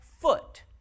foot